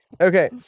Okay